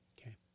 Okay